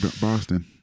Boston